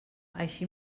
així